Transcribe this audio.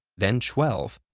then twelve,